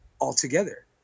altogether